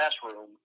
classroom